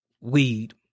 weed